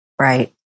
right